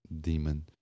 demon